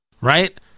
Right